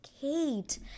Kate